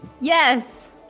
Yes